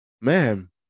Man